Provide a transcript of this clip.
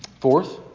Fourth